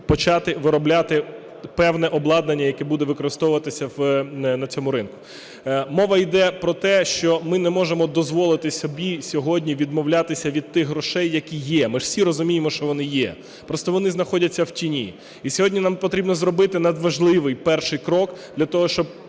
почати виробляти певне обладнання, яке буде використовуватися на цьому ринку. Мова йде про те, що ми не можемо дозволити собі сьогодні відмовлятися від тих грошей, які є, ми ж всі розуміємо, що вони є, просто вони знаходяться в тіні. І сьогодні нам потрібно зробити надважливий перший крок для того, щоб